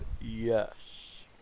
yes